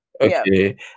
okay